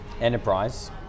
enterprise